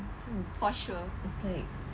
mmhmm it's like